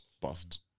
past